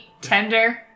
tender